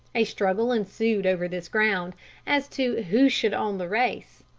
a struggle ensued over this ground as to who should own the race.